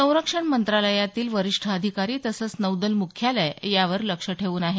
संरक्षण मंत्रालयातील वरिष्ठ अधिकारी तसंच नौदल मुख्यालय यावर लक्ष ठेऊन आहे